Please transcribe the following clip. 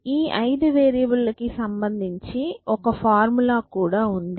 ఈ 5 వేరియబుల్ లకి సంబంధించి ఒక ఫార్ములా కూడా ఉంది